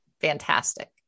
fantastic